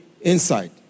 insight